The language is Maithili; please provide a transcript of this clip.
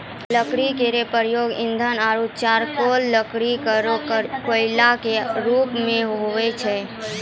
लकड़ी केरो प्रयोग ईंधन आरु चारकोल लकड़ी केरो कोयला क रुप मे होय छै